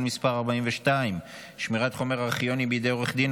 מס' 42) (שמירת חומר ארכיוני בידי עורך דין),